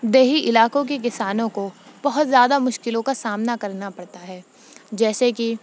دیہی علاقوں کے کسانوں کو بہت زیادہ مشکلوں کا سامنا کرنا پڑتا ہے جیسے کہ